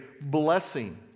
blessing